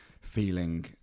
feeling